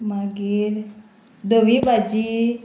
मागीर धवी भाजी